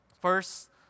First